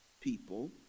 people